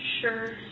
Sure